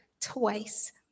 twice